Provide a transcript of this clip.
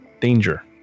danger